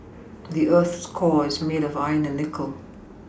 the earth's core is made of iron and nickel